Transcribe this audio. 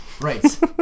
Right